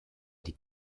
die